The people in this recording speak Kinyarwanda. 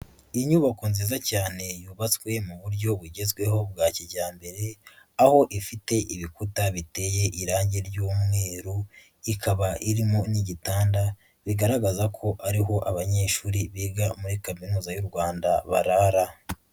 Inyubako nziza cyane yubatswe mu buryo bugezweho bwa kijyambere, aho ifite ibikuta biteye irangi ry'umweru, ikaba irimo n'igitanda, bigaragaza ko ariho abanyeshuri biga muri Kaminuza y'u Rwanda barara.